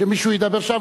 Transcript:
שמישהו ידבר שם,